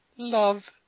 Love